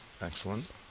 Excellent